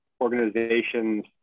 organizations